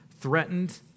threatened